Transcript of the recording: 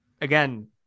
again